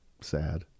sad